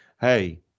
hey